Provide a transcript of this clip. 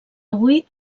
avui